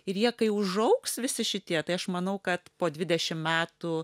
ir jie kai užaugs visi šitie tai aš manau kad po dvidešim metų